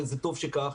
וטוב שכך.